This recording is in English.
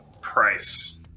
price